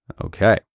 Okay